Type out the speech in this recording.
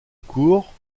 cours